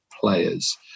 players